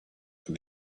that